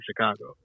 Chicago